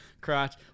crotch